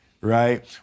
right